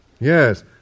Yes